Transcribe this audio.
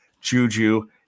Juju